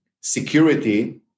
Security-